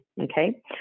okay